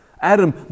Adam